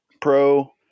pro